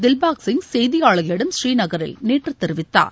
தில்பாக்சிங் செய்தியாளர்களிடம் ஸ்ரீநகரில் நேற்று தெரிவித்தார்